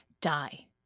die